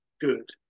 good